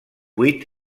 vuit